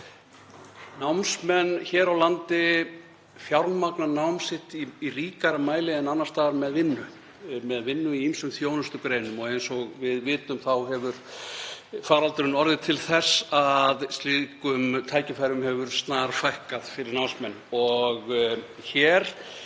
Námsmenn hér á landi fjármagna nám sitt í ríkara mæli en annars staðar með vinnu, með vinnu í ýmsum þjónustugreinum. Eins og við vitum hefur faraldurinn orðið til þess að slíkum tækifærum fyrir námsmenn hefur